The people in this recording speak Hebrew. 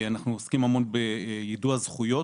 אנחנו עוסקים המון ביידוע זכויות,